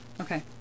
Okay